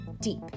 deep